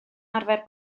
arfer